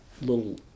little